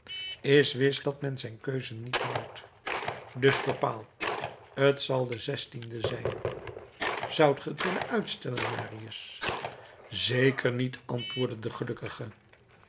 is wis dat hem zijn keus niet rouwt dus bepaald t zal de zijn zoudt gij t willen uitstellen marius zeker niet antwoordde de gelukkige